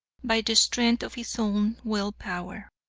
by the strength of his own will power.